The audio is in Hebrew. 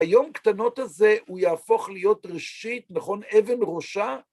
היום קטנות הזה הוא יהפוך להיות ראשית, נכון? אבן ראשה.